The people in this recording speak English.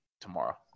tomorrow